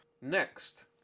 next